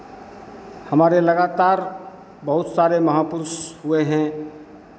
हमारे लगातार बहुत सारे महापुरुष हुए हैं